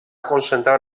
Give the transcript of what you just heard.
concentrar